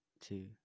two